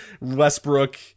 Westbrook